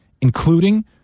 including